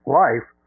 life